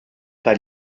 pas